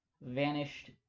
Vanished